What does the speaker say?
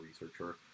researcher